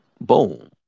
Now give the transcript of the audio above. boom